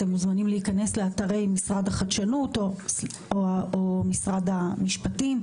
אתם מוזמנים להיכנס לאתרי משרד החדשנות או משרד המשפטים,